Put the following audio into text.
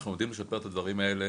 אנחנו עומדים לשפר את הדברים האלו